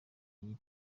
iyi